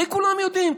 הרי כולם יודעים,